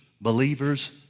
believers